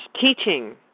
teaching